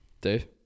Dave